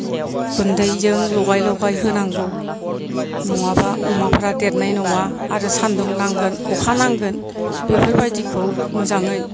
गुन्दैजों लगाय लगाय होनांगौ नङाबा अमाफ्रा देरनाय नङा आरो सान्दुं नांगोन अखा नांगोन बेफोरबादिखौ मोजाङै